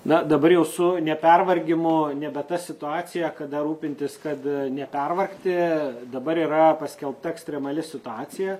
na dabar jau su nepervargimu nebe ta situacija kada rūpintis kad nepervargti dabar yra paskelbta ekstremali situacija